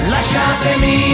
Lasciatemi